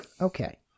okay